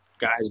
guys